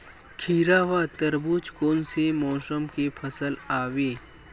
खीरा व तरबुज कोन से मौसम के फसल आवेय?